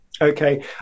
Okay